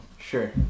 Sure